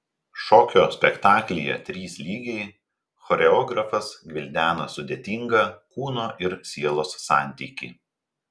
šokio spektaklyje trys lygiai choreografas gvildena sudėtingą kūno ir sielos santykį